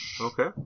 okay